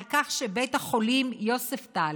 על כך שבית החולים יוספטל,